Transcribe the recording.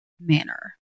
manner